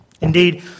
Indeed